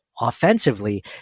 offensively